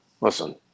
listen